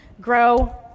grow